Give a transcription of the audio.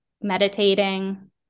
meditating